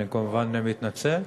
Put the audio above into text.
אני כמובן מתנצל.